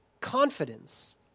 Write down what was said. confidence